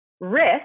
risk